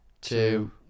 Two